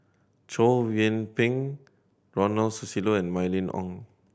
Chow Yian Ping Ronald Susilo and Mylene Ong